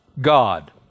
God